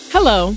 Hello